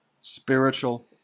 spiritual